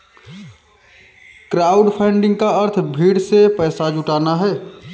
crowdfunding का अर्थ भीड़ से पैसा जुटाना है